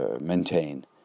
maintain